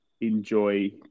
enjoy